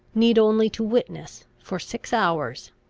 need only to witness, for six hours,